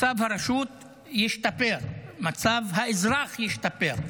מצב הרשות ישתפר, מצב האזרח ישתפר.